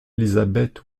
elizabeth